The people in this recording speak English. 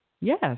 Yes